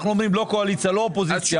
אנחנו אומרים לא קואליציה ולא אופוזיציה.